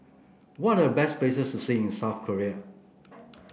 what are the best places to see in South Korea